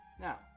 Now